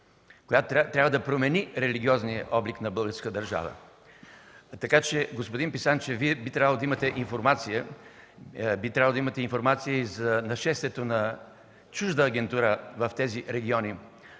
която трябва да промени религиозния облик на българската държава. Господин Писанчев, Вие би трябвало да имате информация и за нашествието на чужда агентура в тези региони.